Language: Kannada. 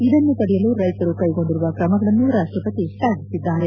ಇದನ್ನು ತಡೆಯಲು ರೈತರು ಕೈಗೊಂಡಿರುವ ತ್ರಮಗಳನ್ನು ರಾಷ್ಟವತಿ ಶ್ಲಾಘಿಸಿದ್ದಾರೆ